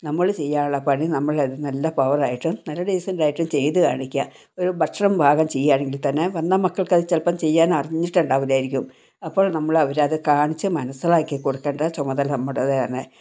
നമ്മൾ ചെയ്യാനുള്ള പണി നമ്മൾ അത് നല്ല പവർ ആയിട്ടും നല്ല ഡീസൻ്റ് ആയിട്ടും ചെയ്തു കാണിക്കുക ഒരു ഭക്ഷണം പാകം ചെയ്യുകയാണെങ്കിൽ തന്നെ വന്ന മക്കൾക്ക് അത് ചി ലപ്പം ചെയ്യാൻ അറിഞ്ഞിട്ട് ഉണ്ടാവില്ലായിരിക്കും അപ്പോൾ നമ്മൾ അവരെ അത് കാണിച്ച് മനസ്സിലാക്കി കൊടുക്കേണ്ട ചുമതല നമ്മുടേതാണ്